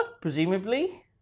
presumably